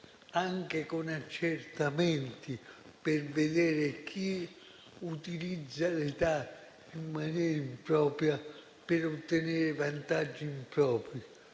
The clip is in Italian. anche con accertamenti, per vedere chi utilizza l'età in maniera impropria, per ottenere vantaggi impropri.